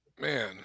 Man